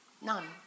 None